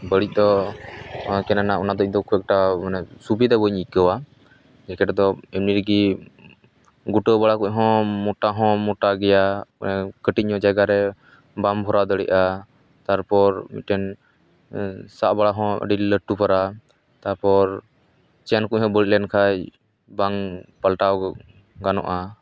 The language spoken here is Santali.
ᱵᱟᱹᱲᱤᱡ ᱫᱚ ᱚᱱᱟ ᱠᱤᱱ ᱨᱮᱱᱟᱜ ᱠᱷᱩᱵᱽ ᱮᱠᱴᱟ ᱢᱟᱱᱮ ᱥᱩᱵᱤᱫᱟ ᱵᱟᱹᱧ ᱟᱹᱭᱠᱟᱹᱣᱟ ᱡᱮᱠᱮᱴ ᱫᱚ ᱮᱢᱱᱤ ᱨᱮᱜᱮ ᱜᱩᱴᱟᱹᱣ ᱠᱚᱡ ᱦᱚᱸ ᱢᱚᱴᱟ ᱦᱚᱸ ᱢᱚᱴᱟ ᱜᱮᱭᱟ ᱠᱟᱹᱴᱤᱡ ᱧᱚᱜ ᱡᱟᱭᱜᱟᱨᱮ ᱵᱟᱢ ᱵᱷᱚᱨᱟᱣ ᱫᱟᱲᱮᱜᱼᱟ ᱛᱟᱨᱯᱚᱨ ᱢᱤᱫᱴᱮᱱ ᱥᱟᱵ ᱵᱟᱲᱟ ᱦᱚᱸ ᱟᱹᱰᱤ ᱞᱟᱹᱴᱩ ᱯᱟᱨᱟ ᱛᱟᱯᱚᱨ ᱪᱮᱱᱠᱩᱡ ᱦᱚᱸ ᱵᱟᱹᱲᱤᱡ ᱞᱮᱱᱠᱷᱟᱱ ᱵᱟᱝ ᱯᱟᱞᱴᱟᱣ ᱜᱟᱱᱚᱜᱼᱟ